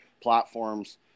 platforms